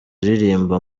uririmba